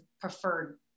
preferred